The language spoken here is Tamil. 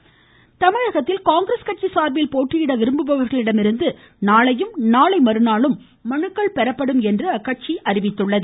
காங்கிரஸ் தமிழகத்தில் காங்கிரஸ் கட்சி சார்பில் போட்டியிட விரும்புவோரிடமிருந்து நாளையும் நாளை மறுநாளும் மனுக்கள் பெறப்படும் என்று அக்கட்சி அறிவித்துள்ளது